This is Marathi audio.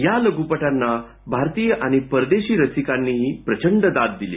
या लघ्रपटांना भारतीय आणि परदेशी रसिकांनीही प्रचंड दाद दिली